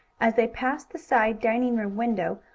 as they passed the side dining room window,